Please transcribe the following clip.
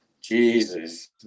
jesus